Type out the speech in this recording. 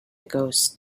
ghost